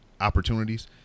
opportunities